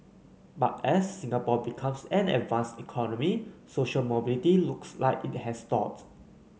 but as Singapore becomes an advanced economy social mobility looks like it has stalled